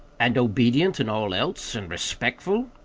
and obedient in all else? and respectful?